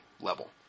level